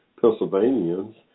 Pennsylvanians